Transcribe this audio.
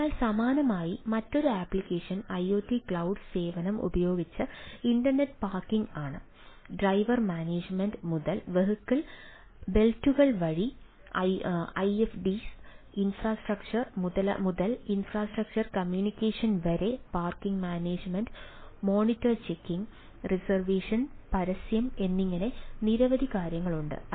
അതിനാൽ സമാനമായി മറ്റൊരു ആപ്ലിക്കേഷൻ ഐഒടി ക്ലൌഡ് സേവനം ഉപയോഗിച്ച് ഇന്റലിജന്റ് പാർക്കിംഗ് ഉണ്ട്